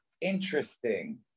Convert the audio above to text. interesting